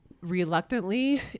reluctantly